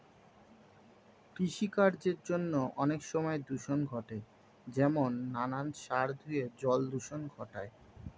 কৃষিকার্যের জন্য অনেক সময় দূষণ ঘটে যেমন নানান সার ধুয়ে জল দূষণ ঘটায়